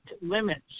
limits